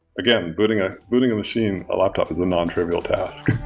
again, booting ah booting a machine, a laptop, is a non-trivial task.